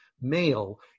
male